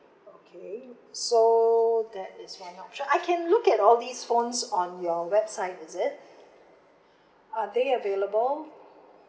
okay so that is one option I can look at all these phones on your website is it are they available